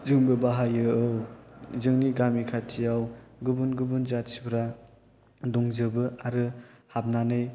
जोंबो बाहायो औ जोंनि गामि खाथिआव गुबुन गुबुन जाथिफ्रा दंजोबो आरो हाबनानै